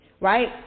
Right